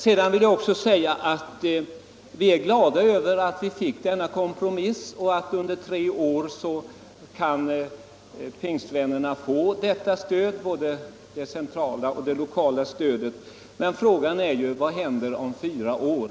Sedan vill jag tillägga att vi är glada över att vi fick till stånd denna kompromiss — under tre år kan alltså pingstvännerna få både centralt och lokalt stöd. Men frågan är: Vad händer om fyra år?